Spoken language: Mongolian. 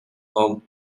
ном